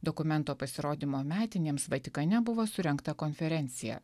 dokumento pasirodymo metinėms vatikane buvo surengta konferencija